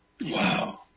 Wow